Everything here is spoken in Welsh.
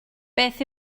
beth